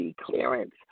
clearance